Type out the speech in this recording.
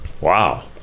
Wow